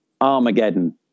Armageddon